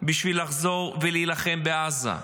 בשביל לחזור ולהילחם בעזה.